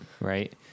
right